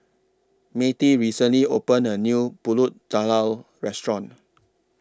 Mattie recently opened A New Pulut Tatal Restaurant